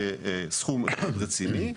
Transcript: כסכום רציני,